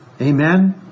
Amen